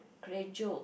create joke